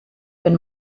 wenn